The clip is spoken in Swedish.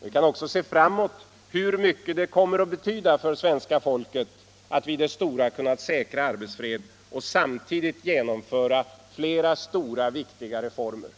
Vi kan också se framåt och notera hur mycket det kan betyda för svenska folket att vi i stort har kunnat säkra arbetsfred och samtidigt genomföra flera stora, viktiga reformer.